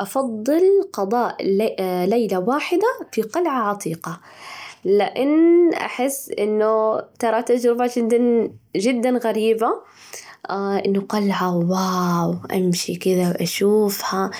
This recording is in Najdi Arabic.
أفضل قضاء ليلة واحدة في قلعة عتيقة، لأن أحس إنه ترى تجربة جدًا جداً غريبة إنه قلعة واو، أمشي كذا وأشوفها،